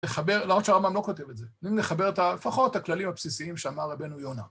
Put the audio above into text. לחבר, להראות שהרמב״ם לא כותב את זה. נראה אם נחבר את, לפחות את הכללים הבסיסיים שאמר הרבנו יונה.